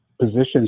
positions